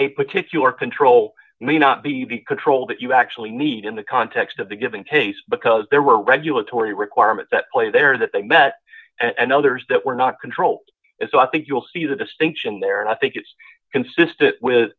a particular control may not be the control that you actually need in the context of the given case because there were regulatory requirement that play there that they met and others that were not controlled so i think you'll see the distinction there and i think it's consistent with